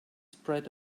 spread